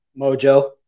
Mojo